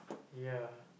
ya